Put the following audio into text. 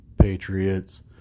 Patriots